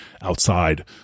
outside